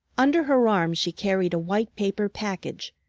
under her arm she carried a white-paper package,